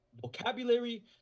vocabulary